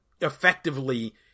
effectively